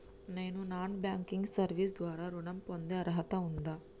నేను non banking service ద్వారా ఋణం పొందే అర్హత ఉందా?